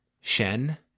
Shen